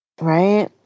Right